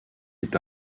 est